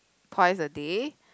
twice a day